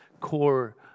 core